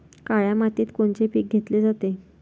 काळ्या मातीत कोनचे पिकं घेतले जाते?